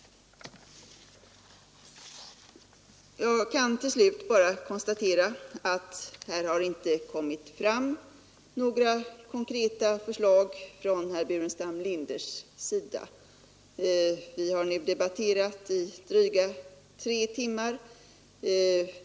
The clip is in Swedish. Jag kan till slut bara konstatera att herr Burenstam Linder inte har kommit med några konkreta förslag. Vi har nu debatterat i drygt tre timmar.